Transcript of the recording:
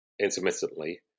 intermittently